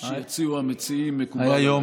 מה שיציעו המציעים מקובל עליי.